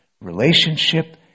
Relationship